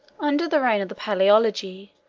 under the reign of the palaeologi,